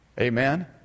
Amen